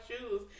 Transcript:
shoes